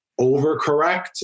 overcorrect